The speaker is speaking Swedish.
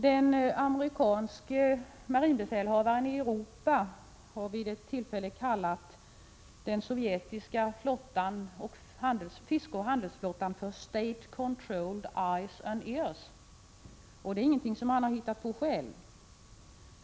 Den amerikanske marinbefälhavaren i Europa har vid ett tillfälle kallat den sovjetiska fiskeoch handelsflottan ”state-controlled eyes and ears”. Det är ingenting som han har hittat på själv.